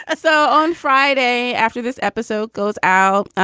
ah so on friday, after this episode goes out,